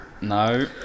No